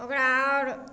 ओकरा आओर